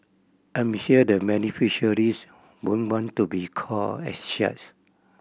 I'm sure the beneficiaries wouldn't want to be called as such